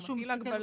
הוא מטיל הגבלות.